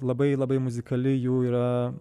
labai labai muzikali jų yra